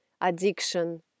addiction